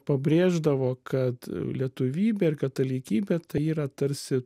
pabrėždavo kad lietuvybė ir katalikybė tai yra tarsi